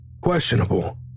questionable